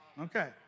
Okay